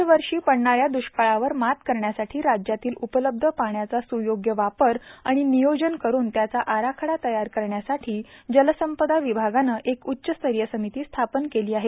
दरवर्षी पडणा या दुष्काळावर मात करण्यासाठी राज्यातील उपलब्ध पाण्याचा सुयोग्य वापर आणि नियोजन करून त्याचा आराखडा तयार करण्यासाठी जलसंपदा विभागाने एक उच्चस्तरीय समिती स्थापन केली आहे